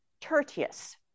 Tertius